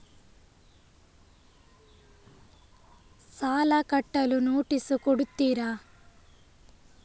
ಸಾಲ ಕಟ್ಟಲು ನೋಟಿಸ್ ಕೊಡುತ್ತೀರ?